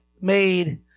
made